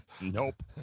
Nope